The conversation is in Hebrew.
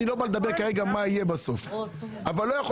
אני לא אומר מה בסוף יהיה אבל לא יכול